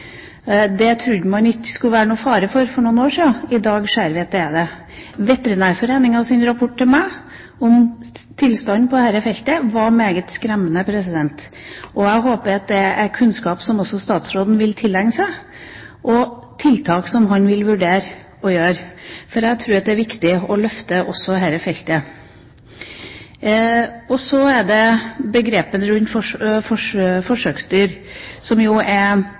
ren dyremishandling. Man trodde ikke at det skulle være noen fare for det for noen år siden. I dag ser vi at det er det. Veterinærforeningens rapport til meg om tilstanden på dette feltet var meget skremmende. Jeg håper at det er kunnskap som også statsråden vil tilegne seg, og at han vil vurdere å sette i verk tiltak. Jeg tror at det er viktig å løfte også dette feltet. Så til begrepet «forsøksdyr». Dette er jo veldig forskriftsmessig regulert, men det er